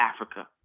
Africa